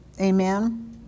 Amen